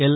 L